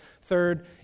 Third